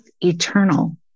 eternal